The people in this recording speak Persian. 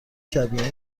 شبیه